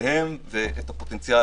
תפקידיהם ואת הפוטנציאל